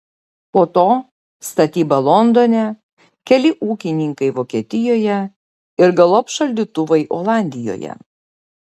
po to statyba londone keli ūkininkai vokietijoje ir galop šaldytuvai olandijoje